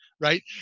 right